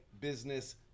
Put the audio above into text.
business